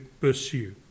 pursue